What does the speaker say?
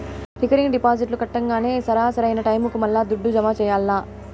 recurring డిపాజిట్లు కట్టంగానే సరా, సరైన టైముకి మల్లా దుడ్డు జమ చెయ్యాల్ల